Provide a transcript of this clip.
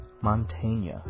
Montaigne